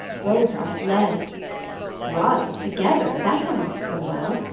both are fled what, if together? that were not so well.